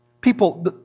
People